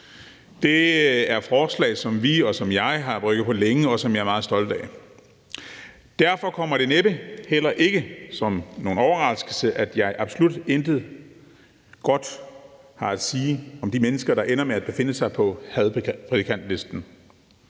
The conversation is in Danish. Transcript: Det er et forslag, som vi og jeg har brygget på længe, og som jeg er meget stolt af. Derfor kommer det næppe heller ikke som nogen overraskelse, at jeg absolut intet godt har at sige om de mennesker, der ender med at befinde sig på hadprædikantlisten.